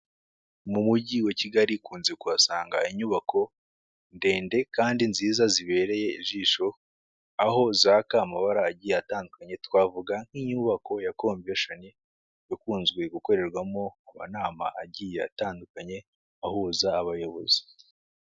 Mu mujyi wa Kigali, ukunze kuhasanga inyubako ndende kandi nziza zibereye ijisho, aho zaka amabara agiye atandukanye, twavuga nk'inyubako ya convesheni ikunze gukorerwamo amanama agiye atandukanye, ahuza abayobozi.